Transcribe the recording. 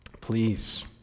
Please